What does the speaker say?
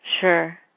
Sure